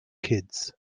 kids